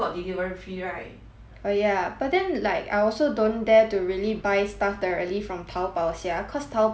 oh ya but then like I also don't dare to really buy stuff directly from Taobao sia cause Taobao shipping fee quite expensive